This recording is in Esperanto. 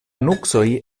nuksoj